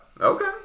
Okay